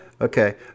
okay